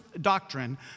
doctrine